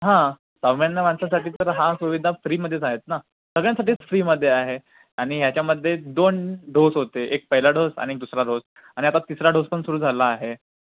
हां सामान्य माणसांसाठी तर हा सुविधा फ्री मध्येच आहेत ना सगळ्यांसाठीच फ्रीमध्ये आहे आणि याच्यामध्ये दोन डोस होते एक पहिला डोस आणि एक दुसरा डोस आणि आता तिसरा ढोस पण सुरु झाला आहे